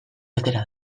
atera